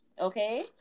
okay